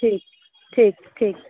ठीक ठीक ठीक